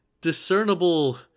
discernible